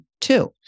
two